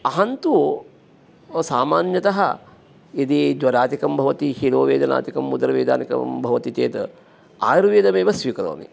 अहन्तु सामान्यतः यदि ज्वरादिकं भवति शिरोवेदनादिकम् उदरवेदनादिकं भवति चेत् आयुर्वेदमेव स्वीकरोमि